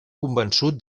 convençut